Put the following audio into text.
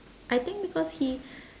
I think because he